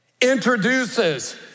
introduces